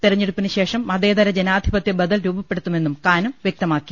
തെരഞ്ഞെടുപ്പിന് ശേഷം മതേതര ജനാധിപത്യ ബദൽ രൂപപ്പെടുത്തുമെന്നും കാനം വ്യക്തമാക്കി